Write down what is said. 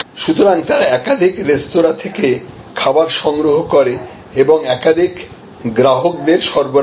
সুতরাং তারা একাধিক রেস্তোঁরা থেকে খাবার গ্রহণ করে এবং একাধিক গ্রাহকদের সরবরাহ করে